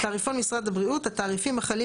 "תעריפון משרד הבריאות" - התעריפים החלים